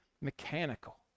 mechanical